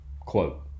quote